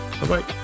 Bye-bye